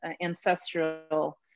ancestral